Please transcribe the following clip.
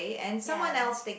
ya